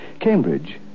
Cambridge